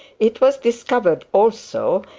it was discovered also,